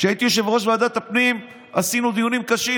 בממשלה, לפי מיטב ידיעתי וחשבוני,